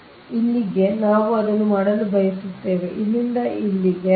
ಆದ್ದರಿಂದ ಇದು ಒಂದು ಮತ್ತು ಇಲ್ಲಿಗೆ ನಾವು ಅದನ್ನು ಮಾಡಲು ಬಯಸುತ್ತೇವೆ ಮತ್ತು ಇಲ್ಲಿಗೆ ಇಲ್ಲಿಗೆ ಇಲ್ಲಿಂದ ಇಲ್ಲಿ ಬಲಕ್ಕೆ